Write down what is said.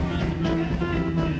on my